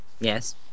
Yes